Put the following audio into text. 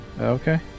Okay